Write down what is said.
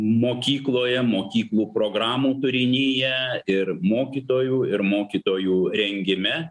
mokykloje mokyklų programų turinyje ir mokytojų ir mokytojų rengime